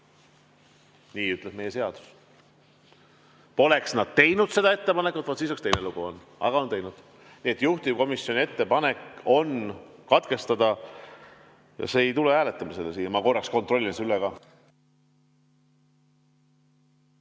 Nii ütleb meie seadus. Poleks nad teinud seda ettepanekut, vaat siis oleks teine lugu olnud. Aga on teinud. Nii et juhtivkomisjoni ettepanek on katkestada ja see ei tule hääletamisele siia. Ma korraks kontrollin selle üle ka.